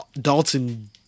Dalton